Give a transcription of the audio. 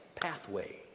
pathway